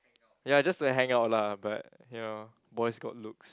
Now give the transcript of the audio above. ya just to hang out lah but you know boys got looks